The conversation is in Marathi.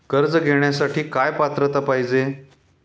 कर्ज घेण्यासाठी काय पात्रता पाहिजे?